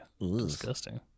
Disgusting